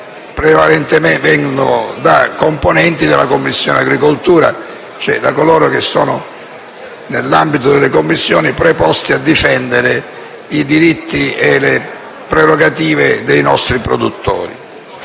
prevalentemente da componenti della Commissione agricoltura, cioè da coloro che, nell'ambito delle Commissioni permanenti, sono preposti a difendere i diritti e le prerogative dei nostri produttori.